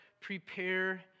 prepare